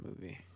movie